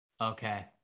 Okay